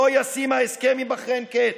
לא ישים ההסכם עם בחריין קץ.